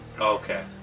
Okay